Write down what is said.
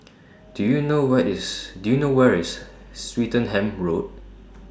Do YOU know What IS Do YOU know Where IS Swettenham Road